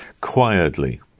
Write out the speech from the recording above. quietly